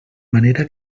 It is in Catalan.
manera